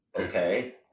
Okay